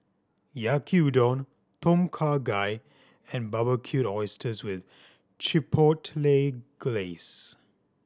Yaki Udon Tom Kha Gai and Barbecued Oysters with Chipotle Glaze